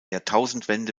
jahrtausendwende